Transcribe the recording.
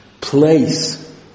place